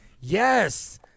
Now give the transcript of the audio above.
yes